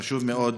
חשוב מאוד